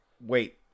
Wait